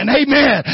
amen